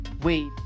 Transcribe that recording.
wait